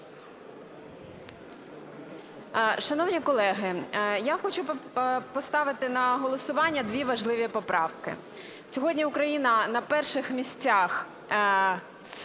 Шановні колеги, я хочу поставити на голосування дві важливі поправки. Сьогодні Україна на перших місцях